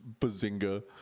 Bazinga